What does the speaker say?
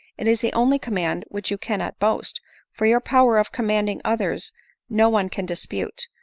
it is the only command which you cannot boast for your power of commanding others no one can dispute,